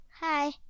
Hi